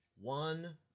one